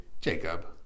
Jacob